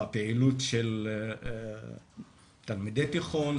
בפעילות של תלמידי תיכון,